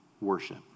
worship